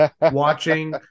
watching